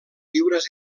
lliures